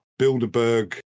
Bilderberg